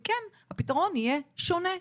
וכן, הפתרון יהיה שונה.